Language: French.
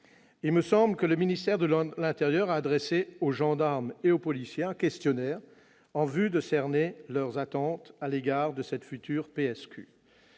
Il me semble que le ministère de l'intérieur a adressé aux gendarmes et aux policiers un questionnaire en vue de cerner leurs attentes à l'égard de cette future